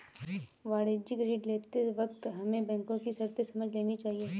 वाणिज्यिक ऋण लेते वक्त हमें बैंको की शर्तें समझ लेनी चाहिए